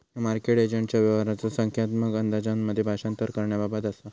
ह्या मार्केट एजंटच्या व्यवहाराचा संख्यात्मक अंदाजांमध्ये भाषांतर करण्याबाबत असा